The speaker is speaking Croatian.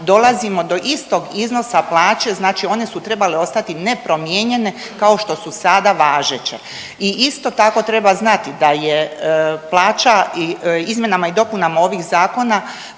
dolazimo do istog iznosa plaće, znači one su trebale ostati nepromijenjene kao što su sada važeće. I isto tako treba znati da je plaća izmjenama i dopuna ovog zakona